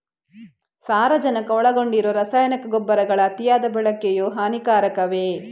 ಸಾರಜನಕ ಒಳಗೊಂಡಿರುವ ರಸಗೊಬ್ಬರಗಳ ಅತಿಯಾದ ಬಳಕೆಯು ಹಾನಿಕಾರಕವೇ?